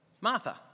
Martha